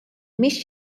mhix